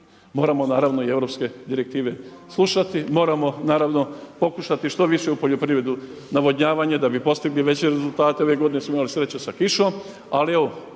moramo naravno i europske direktive slušati, moramo naravno pokušati što više u poljoprivredu navodnjavanje da bi postigli veće rezultate. Ove godine smo imali sreće sa kišom ali evo